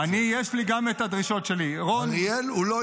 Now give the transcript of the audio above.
נכון.